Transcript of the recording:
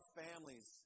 families